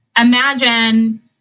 imagine